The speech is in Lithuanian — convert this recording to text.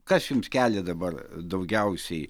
kas jums kelia dabar daugiausiai